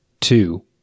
Two